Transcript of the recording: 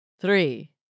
Three